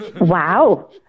Wow